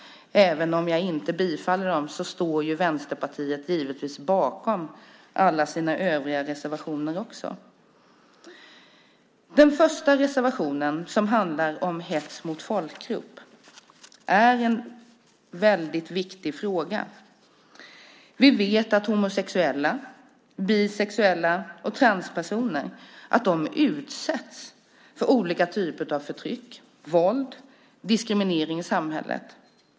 Även om jag inte yrkar bifall till dem står Vänsterpartiet givetvis bakom alla sina övriga reservationer också. Den första reservationen handlar om hets mot folkgrupp. Det är en väldigt viktig fråga. Vi vet att homosexuella, bisexuella och transpersoner utsätts för olika typer av förtryck, våld och diskriminering i samhället.